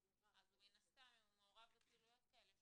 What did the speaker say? --- אז מן הסתם אם הוא מעורב בפעילויות כאלה,